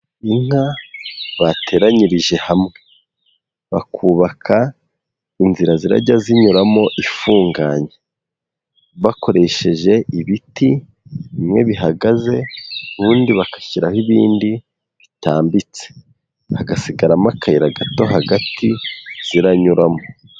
Inka bateranyirije hamwe bakubaka inzira zirajya zinyuramo ifunganye, bakoresheje ibiti bimwe bihagaze ubundi bagashyiraho ibindi bitambitse, hagasigaramo akayira gato hagati ziranyuramo.